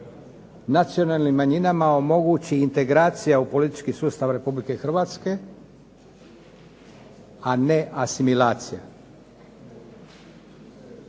nacionalnim manjinama omogući integracija u politički sustav Republike Hrvatske, a ne asimilacija.